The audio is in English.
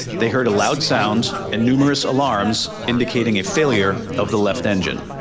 they heard a loud sound and numerous alarms indicating a failure of the left engine.